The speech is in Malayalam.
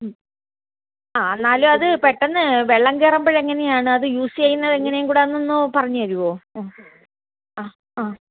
ആ എന്നാലും അത് പെട്ടെന്ന് വെള്ളം കയറുമ്പോഴെങ്ങനെയാണ് അത് യൂസ് ചെയ്യുന്നത് എങ്ങനെയും കൂടെ ആണെന്നൊന്ന് പറഞ്ഞ് തരുമോ ആ ആ ആ